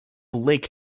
lake